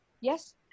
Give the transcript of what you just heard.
yes